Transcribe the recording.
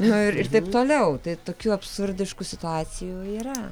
nu ir taip toliau tai tokių absurdiškų situacijų yra